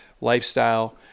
lifestyle